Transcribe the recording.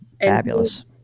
Fabulous